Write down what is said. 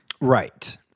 Right